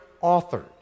authors